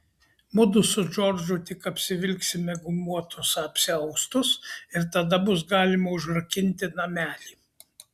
mudu su džordžu tik apsivilksime gumuotus apsiaustus ir tada bus galima užrakinti namelį